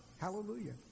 Hallelujah